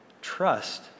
trust